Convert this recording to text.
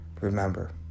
Remember